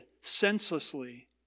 senselessly